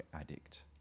addict